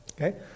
okay